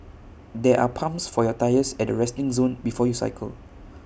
there are pumps for your tyres at the resting zone before you cycle